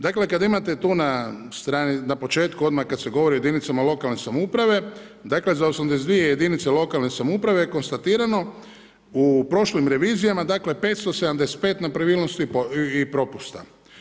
Dakle kada imate tu na početku odmah kada se govori o jedinicama lokalne samouprave, dakle za 82 jedinice lokalne samouprave konstatirano u prošlim revizijama, dakle 575 nepravilnosti i propusta.